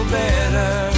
better